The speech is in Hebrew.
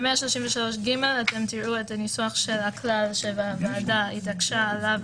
בסעיף 133ג תראו את הניסוח של הכלל שהוועדה התעקשה עליו,